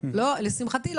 לשמחתי,